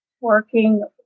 working